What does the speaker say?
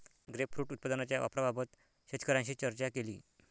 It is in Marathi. ग्रेपफ्रुट उत्पादनाच्या वापराबाबत शेतकऱ्यांशी चर्चा केली